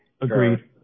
Agreed